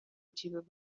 جیب